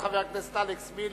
חבר הכנסת אלכס מילר,